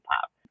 Pop